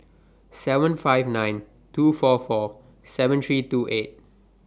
seven five nine two four four seven three two eight